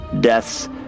deaths